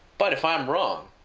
but if i'm wrong,